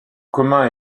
commun